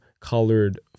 colored